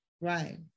right